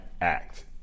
act